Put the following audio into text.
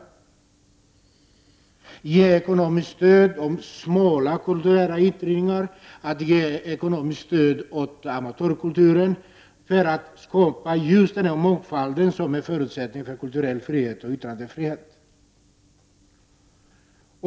Staten måste ge ekonomiskt stöd till ”smala” kulturformer och amatörkulturen för att skapa grund för mångfalden, som ju är förutsättningen för kulturell frihet och yttrandefrihet.